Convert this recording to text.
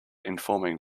informing